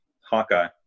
Hawkeye